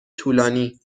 طولانی